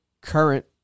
Current